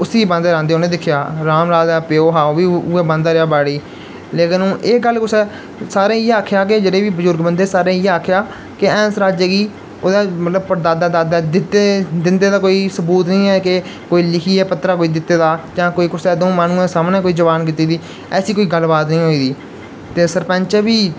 उसी गै बांह्दे रांह्दे दिक्खेआ राम लाल दा प्यो हा ओह् बी उऐ बांह्दा रेहा बाड़ी लेकिन एह् गल्ल कुदै सारें आखेआ जेह्ड़े बी बजुर्ग बंदे हे सारें इ'यै आखेआ कि हैंस राजै गी कि ओह्दा परदादा दादा दित्ते दा दिंदे कोई सबूत निं ऐ के कोई लिखियै पत्तरा कोई दित्ते दा ऐ जां कोई जां कुसै दऊं माहनुएं दे सामनै कोई जबान कीती दी ऐसी कोई गल्ल बात निं होई दी ते सरपैंचै बी